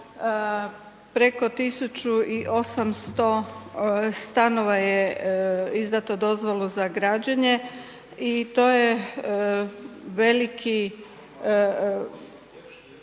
preko 1800 stanova je izdato dozvolu za građenje i to je veliki,